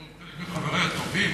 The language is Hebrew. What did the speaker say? חלק מחברי הטובים.